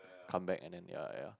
come back and then ya ya